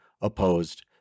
opposed